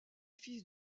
fils